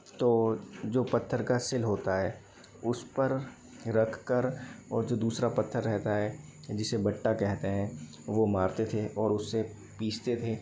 तो जो पत्थर का सिल होता है उस पर रखकर और जो दूसरा पत्थर रहता है जिसे बट्टा कहते हैं वो मारते थे और उससे पिसते थे